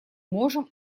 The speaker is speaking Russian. можем